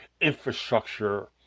infrastructure